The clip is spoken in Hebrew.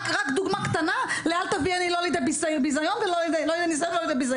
זאת רק דוגמה קטנה ל"אל תביאני לא לידי ניסיון ולא לידי ביזיון".